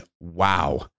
wow